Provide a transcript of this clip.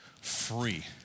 free